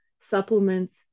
supplements